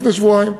לפני שבועיים,